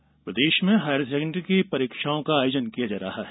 परीक्षा प्रदेश में हायर सेकेण्डरी स्कूल परीक्षाओं का आयोजन किया जा रहा है